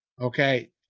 okay